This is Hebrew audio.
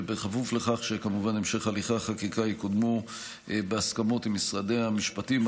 ובכפוף לכך שכמובן המשך הליכי החקיקה יקודמו בהסכמות עם משרדי המשפטים,